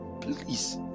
please